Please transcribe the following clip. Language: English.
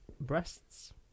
breasts